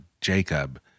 Jacob